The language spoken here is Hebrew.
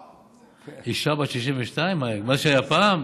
אישה בת 62, מה שהיה פעם?